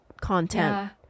content